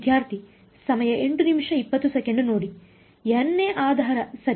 N ನೇ ಆಧಾರ ಸರಿ